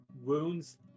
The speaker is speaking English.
wounds